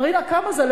מרינה, כמה זה?